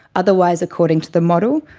otherwise, according to the model,